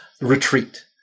retreat